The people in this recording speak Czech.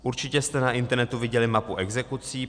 Určitě jste na internetu viděli mapu exekucí.